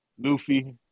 Luffy